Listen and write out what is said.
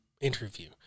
interview